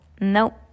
Nope